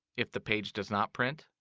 if the page does not print,